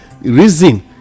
reason